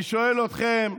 אני שואל אתכם,